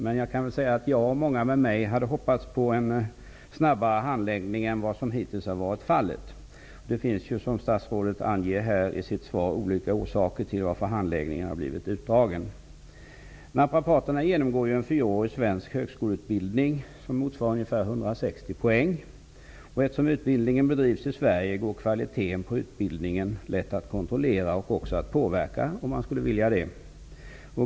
Men jag och många med mig hade hoppats på en snabbare handläggning än vad som hittills varit fallet. Det finns ju, som statsrådet anger i sitt svar, olika orsaker till att handläggningen blivit utdragen. Naprapaterna genomgår ju en fyraårig svensk högskoleutbildning, som motsvarar ungefär 160 poäng. Eftersom utbildningen bedrivs i Sverige går kvaliten på utbildningen lätt att kontrollera och påverka, om man så skulle vilja.